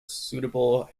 suitable